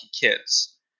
kids